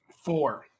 Four